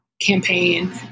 campaign